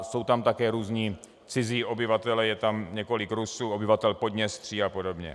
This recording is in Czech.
Jsou tam také různí cizí obyvatelé, je tam několik Rusů, obyvatel Podněstří apod.